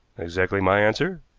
exactly my answer,